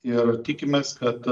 ir tikimės kad